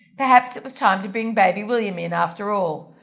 perhaps it was time to bring baby william in after all.